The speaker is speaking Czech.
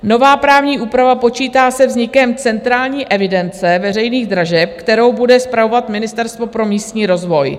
Nová právní úprava počítá se vznikem Centrální evidence veřejných dražeb, kterou bude spravovat Ministerstvo pro místní rozvoj.